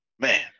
Man